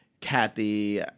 Kathy